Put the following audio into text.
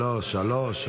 שלוש.